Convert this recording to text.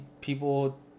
people